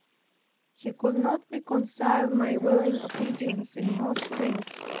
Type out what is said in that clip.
he could not reconcile my willing obedience in most things,